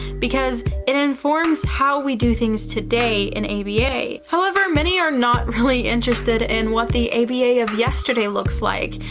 because it informs how we do things today in aba. however, many are not really interested in what the aba of yesterday looks like.